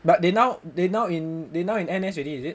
but they now they now in they now in N_S already is it